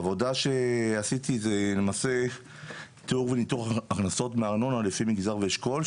עבודה שעשיתי זה למעשה תאור וניטור הכנסות מארנונה לפי מגזר ואשכול,